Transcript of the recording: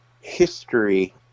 history